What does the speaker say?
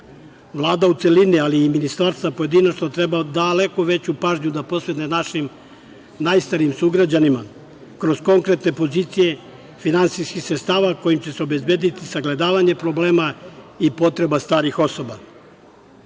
u celini, ali i ministarstva pojedinačno, treba daleko veću pažnju da posvete našim najstarijim sugrađanima, kroz konkretne pozicije finansijskih sredstava kojim će se obezbediti sagledavanje problema i potreba starih